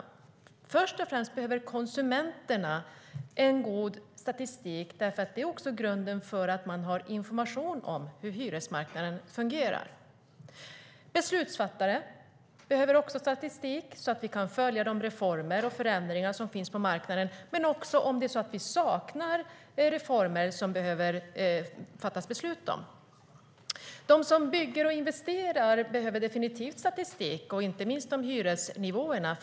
Det är först och främst konsumenterna som behöver god statistik eftersom det är grunden för information om hur hyresmarknaden fungerar.De som bygger och investerar behöver definitivt statistik, inte minst om hyresnivåerna.